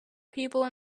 people